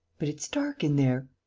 but it's dark in there.